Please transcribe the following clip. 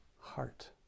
heart